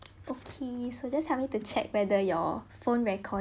okay so just help me to check whether your phone record